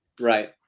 Right